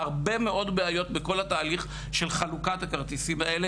הרבה מאוד בעיות בכל התהליך של חלוקת הכרטיסים האלה,